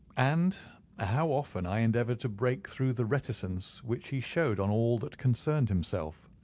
and how often i endeavoured to break through the reticence which he showed on all that concerned himself.